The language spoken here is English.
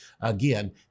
again